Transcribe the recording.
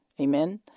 Amen